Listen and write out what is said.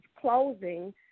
closing